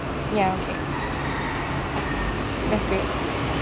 ya okay that's great